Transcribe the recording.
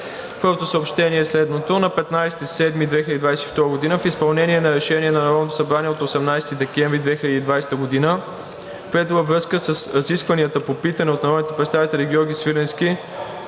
Програма. Съобщения: На 15 юли 2022 г. в изпълнение на Решение на Народното събрание от 18 декември 2020 г., прието във връзка с разискванията по питане на народните представители Георги Свиленски,